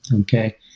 okay